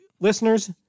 listeners